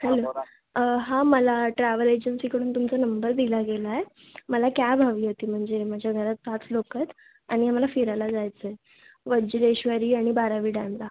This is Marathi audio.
हां मला ट्रॅव्हल एजन्सीकडून तुमचा नंबर दिला गेला आहे मला कॅब हवी होती म्हणजे माझ्या घरात सात लोक आहेत आणि आम्हाला फिरायला जायचं आहे वज्रेश्वरी आणि बारावी डॅमला